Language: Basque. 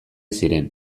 ziren